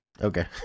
Okay